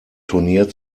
turnier